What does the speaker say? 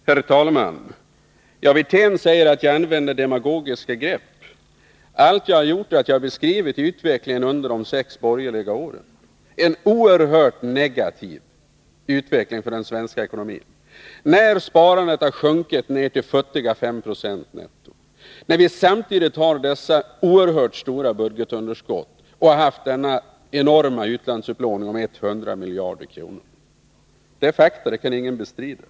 Herr talman! Rolf Wirtén säger att jag använder demagogiska grepp. Allt jag har gjort är att beskriva utvecklingen under de sex borgerliga åren — en oerhört negativ utveckling för den svenska ekonomin. Sparandet har sjunkit ner till futtiga 5 26, och samtidigt har vi dessa oerhört stora budgetunderskott och denna enorma utlandsupplåning om 100 miljarder kronor. Detta är fakta, det kan ingen bestrida.